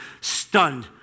stunned